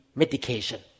medication